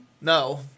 No